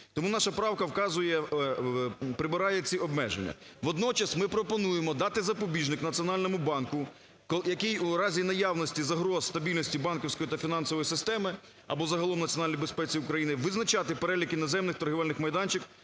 Тому наша правка вказує… прибирає ці обмеження. Водночас ми пропонуємо дати запобіжник Національному банку, який у разі наявності загроз стабільності банківської та фінансової системи або загалом національній безпеці України визначати перелік іноземних торгівельних майданчиків,